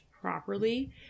properly